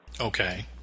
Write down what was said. Okay